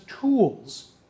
tools